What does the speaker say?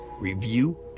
review